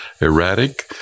erratic